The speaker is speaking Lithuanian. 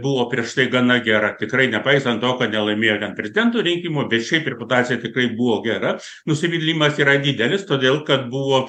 buvo prieš tai gana gera tikrai nepaisant to kad nelaimėjo ten prezidento rinkimų bet šiaip reputacija tikrai buvo gera nusivylimas yra didelis todėl kad buvo